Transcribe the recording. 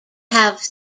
have